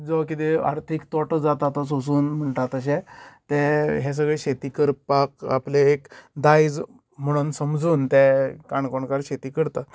जो कितें आर्थीक तोटो जाता तो सोंसून म्हणटा तशें ते हे सगळे शेती करपाक आपले एक दायज म्हणोन समजून ते काणकोणकार शेती करतात